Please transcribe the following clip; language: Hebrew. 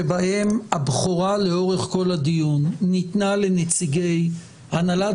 שבהם הבכורה לאורך כל הדיון ניתנה לנציגי הנהלת